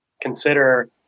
consider